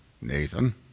Nathan